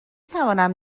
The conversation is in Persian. توانم